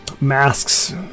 masks